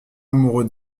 amoureux